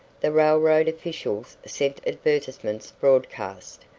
the railroad officials sent advertisements broadcast,